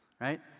Right